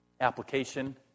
Application